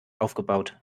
aufgebaut